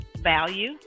value